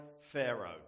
Pharaoh